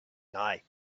night